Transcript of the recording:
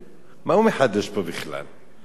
מתווכחים, כן נכון, לא נכון,